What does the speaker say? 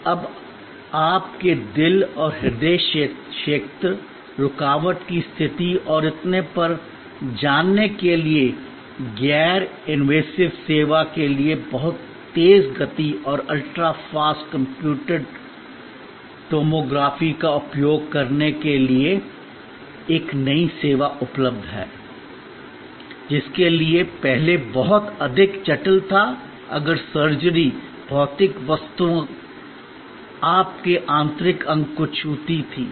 अब आपके दिल और हृदय क्षेत्र रुकावट की स्थिति और इतने पर जानने के लिए गैर इनवेसिव सेवा के लिए बहुत तेज़ गति और अल्ट्रा फास्ट कम्प्यूटेड टोमोग्राफी का उपयोग करने के लिए एक नई सेवा उपलब्ध है जिसके लिए पहले बहुत अधिक जटिल था अगर सर्जरी भौतिक वस्तुएं आपके आंतरिक अंग को छूती थीं